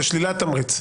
זה שלילת תמריץ.